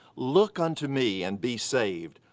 look unto me, and be saved,